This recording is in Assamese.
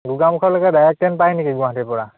গোগামুখলৈকে ডাইৰেক্ট ট্ৰেইন পায় নেকি গুৱাহাটীৰপৰা